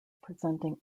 presenting